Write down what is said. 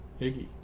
Iggy